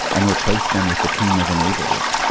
and replace them with the team of enablers,